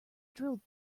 drilled